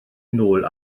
nôl